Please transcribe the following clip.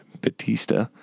Batista